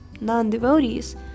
non-devotees